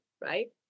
right